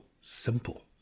simple